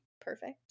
perfect